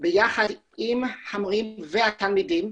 ביחד עם המורים והתלמידים.